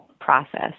process